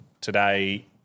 today